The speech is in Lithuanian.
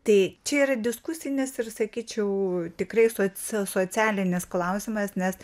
tai čia yra diskusinis ir sakyčiau tikrai social socialinis klausimas nes